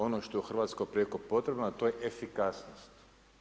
Ono što je u Hrvatskoj prijeko potrebno, a to je efikasnost.